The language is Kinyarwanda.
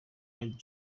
impamvu